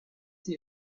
the